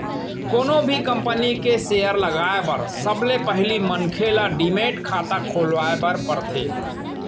कोनो भी कंपनी म सेयर लगाए बर सबले पहिली मनखे ल डीमैट खाता खोलवाए बर परथे